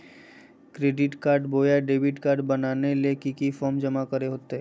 Credit card बोया debit card बनाने ले की की फॉर्म जमा करे होते?